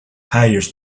hires